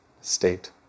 state